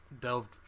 delved